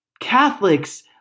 Catholics